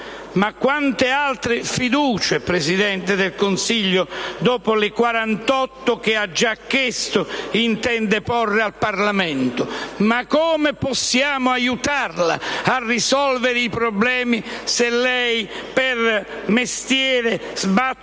questioni di fiducia, signor Presidente del Consiglio, dopo le 48 che ha già chiesto, intende porre al Parlamento? Come possiamo aiutarla a risolvere i problemi se lei per mestiere sbatte